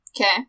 Okay